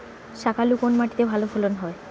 শাকালু কোন মাটিতে ভালো ফলন হয়?